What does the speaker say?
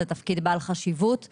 תפקיד בעל חשיבות גבוהה.